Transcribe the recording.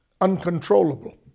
uncontrollable